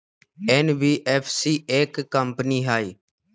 NBFC एक company हई?